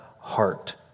heart